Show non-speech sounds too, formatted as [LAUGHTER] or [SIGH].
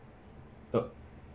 [NOISE]